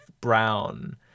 Brown